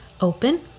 open